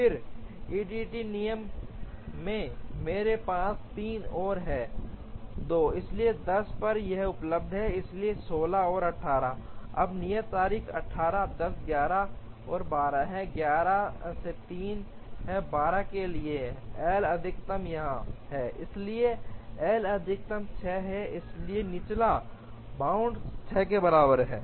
फिर EDD नियम से मेरे पास 3 और है 2 इसलिए 10 पर यह उपलब्ध है इसलिए 16 और 18 अब नियत तारीखें 8 10 11 और 12 11 से 3 हैं 12 के लिए 2 एल अधिकतम यहाँ है इसलिए एल अधिकतम 6 है इसलिए निचला बाउंड 6 के बराबर है